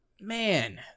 man